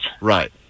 Right